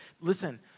Listen